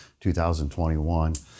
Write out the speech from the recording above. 2021